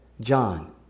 John